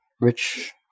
rich